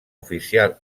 oficial